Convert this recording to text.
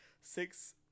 six